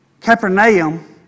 Capernaum